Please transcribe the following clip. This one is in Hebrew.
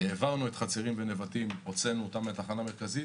הוצאנו את חצרים ונבטים מהתחנה המרכזית,